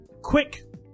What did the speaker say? quick